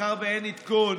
מאחר שאין עדכון,